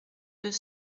deux